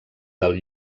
del